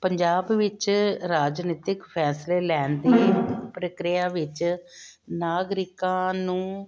ਪੰਜਾਬ ਵਿੱਚ ਰਾਜਨੀਤਿਕ ਫੈਸਲੇ ਲੈਣ ਦੀ ਪ੍ਰਕਿਰਿਆ ਵਿੱਚ ਨਾਗਰਿਕਾਂ ਨੂੰ